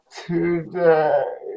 today